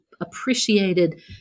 appreciated